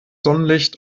sonnenlicht